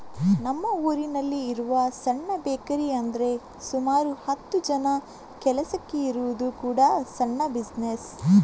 ನಮ್ಮ ಊರಿನಲ್ಲಿ ಇರುವ ಸಣ್ಣ ಬೇಕರಿ ಅಂದ್ರೆ ಸುಮಾರು ಹತ್ತು ಜನ ಕೆಲಸಕ್ಕೆ ಇರುವುದು ಕೂಡಾ ಸಣ್ಣ ಬಿಸಿನೆಸ್